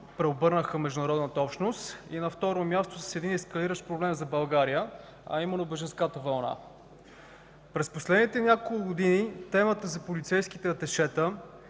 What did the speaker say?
преобърнаха международната общност; на второ място, с един ескалиращ проблем за България, а именно бежанската вълна. През последните няколко години темата за полицейските аташета